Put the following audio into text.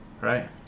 Right